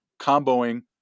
comboing